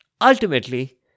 Ultimately